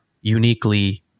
uniquely